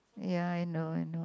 ya I know I know